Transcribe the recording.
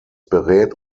berät